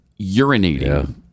urinating